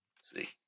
See